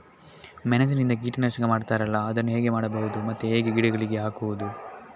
ಮೆಣಸಿನಿಂದ ಕೀಟನಾಶಕ ಮಾಡ್ತಾರಲ್ಲ, ಅದನ್ನು ಹೇಗೆ ಮಾಡಬಹುದು ಮತ್ತೆ ಹೇಗೆ ಗಿಡಗಳಿಗೆ ಹಾಕುವುದು?